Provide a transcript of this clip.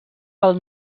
pel